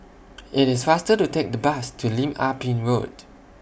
IT IS faster to Take The Bus to Lim Ah Pin Road